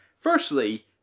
Firstly